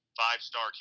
five-star